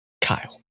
Kyle